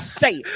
say